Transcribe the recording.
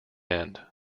end